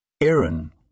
Aaron